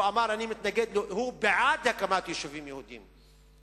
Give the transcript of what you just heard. הוא אמר: הוא בעד הקמת יישובים יהודיים,